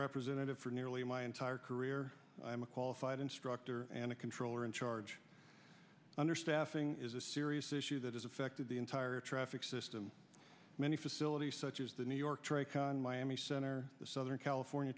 representative for nearly my entire career i am a qualified instructor and a controller in charge understaffing is a serious issue that has affected the entire traffic system many facilities such as the new york tricon miami center the southern california